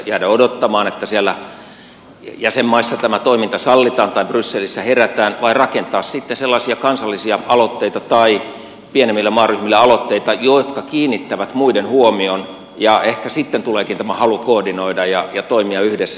jäädä odottamaan että siellä jäsenmaissa tämä toiminta sallitaan tai brysselissä herätään vai rakentaa sellaisia kansallisia aloitteita tai pienemmille maaryhmille aloitteita jotka kiinnittävät muiden huomion ja ehkä sitten tuleekin tämä halu koordinoida ja toimia yhdessä